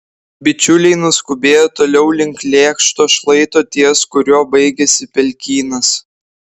bičiuliai nuskubėjo toliau link lėkšto šlaito ties kuriuo baigėsi pelkynas